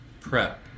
prep